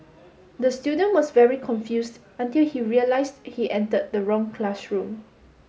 the student was very confused until he realised he entered the wrong classroom